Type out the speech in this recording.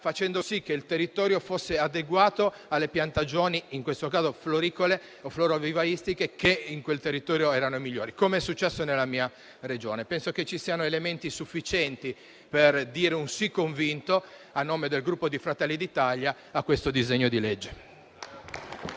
facendo sì che fosse adeguato alle piantagioni, in questo caso floricole o florovivaistiche, che in quella realtà erano migliori, come è successo nella mia Regione. Penso, pertanto, che vi siano elementi sufficienti per dire un sì convinto a nome del Gruppo Fratelli d'Italia a questo disegno di legge.